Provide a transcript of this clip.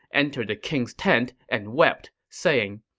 entered the king's tent, and wept, saying,